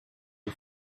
les